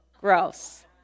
Gross